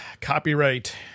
Copyright